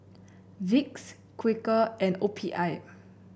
Vicks Quaker and O P I